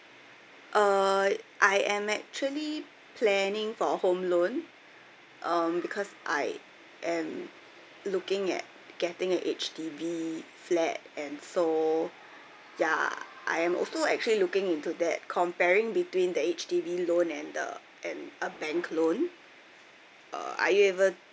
uh I am actually planning for a home loan um because I am looking at getting an H_D_B flat and so ya I am also actually looking into that comparing between the H_D_B loan and the and a bank loan uh are you able